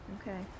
Okay